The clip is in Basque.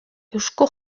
eusko